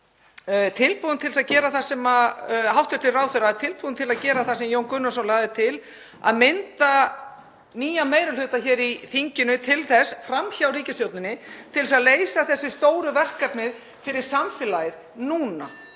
tilbúinn til að gera það sem hv. þm. Jón Gunnarsson lagði til, að mynda nýjan meiri hluta hér í þinginu, fram hjá ríkisstjórninni, til þess að leysa þessi stóru verkefni fyrir samfélagið núna?